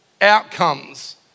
outcomes